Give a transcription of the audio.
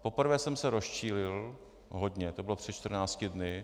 Poprvé jsem se rozčílil hodně, to bylo před čtrnácti dny.